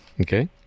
Okay